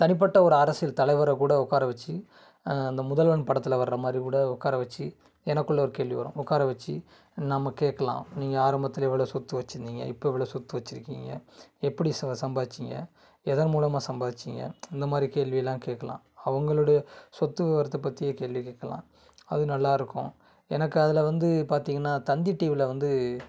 தனிப்பட்ட ஒரு அரசியல் தலைவரை கூட உட்கார வச்சு அந்த முதல்வன் படத்தில் வர்றமாரி கூட உட்கார வச்சு எனக்குள்ள ஒரு கேள்வி வரும் உட்கார வச்சு நம்ம கேட்கலாம் நீங்கள் ஆரம்பத்தில் எவ்வளோ சொத்து வச்சிருந்தீங்க இப்போ எவ்வளோ சொத்து வச்சிருக்கீங்க எப்படி ச சம்பாதிச்சிங்க எதன் மூலமாக சம்பாதிச்சிங்க இந்தமாதிரி கேள்வியெல்லாம் கேட்கலாம் அவங்களோடைய சொத்து விவரத்தை பற்றிய கேள்வி கேட்கலாம் அது நல்லா இருக்கும் எனக்கு அதில் வந்து பார்த்திங்கன்னா தந்தி டிவியில வந்து